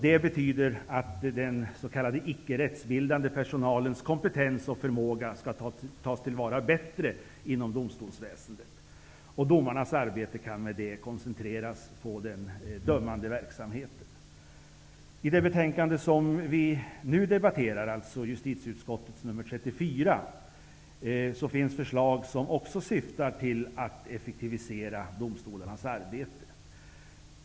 Det betyder att den s.k. icke rättsbildade personalens kompetens och förmåga bättre skall tas till vara. Domarnas arbete kan därmed koncentreras på dömande verksamhet. Också i det betänkande som vi nu debatterar, justitieutskottets betänkande JuU34, finns förslag som syftar till att effektivisera domstolarnas arbete.